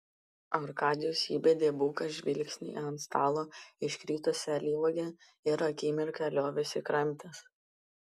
arkadijus įbedė buką žvilgsnį į ant stalo iškritusią alyvuogę ir akimirką liovėsi kramtęs